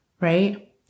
right